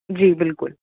جی بالکل